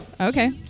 Okay